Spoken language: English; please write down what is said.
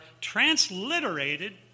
transliterated